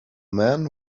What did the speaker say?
men